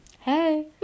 hey